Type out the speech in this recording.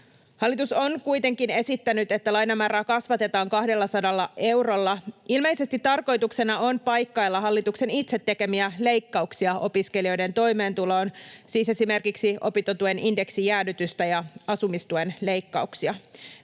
Hallitus on kuitenkin esittänyt, että lainamäärää kasvatetaan 200 eurolla. Ilmeisesti tarkoituksena on paikkailla hallituksen itse tekemiä leikkauksia opiskelijoiden toimeentuloon, siis esimerkiksi opintotuen indeksijäädytystä ja asumistuen leikkauksia.